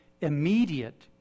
immediate